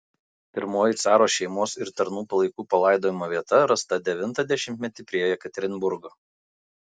pirmoji caro šeimos ir tarnų palaikų palaidojimo vieta rasta devintą dešimtmetį prie jekaterinburgo